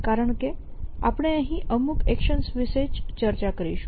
કારણ કે આપણે અહીં અમૂક એક્શન્સ વિશે જ ચર્ચા કરીશું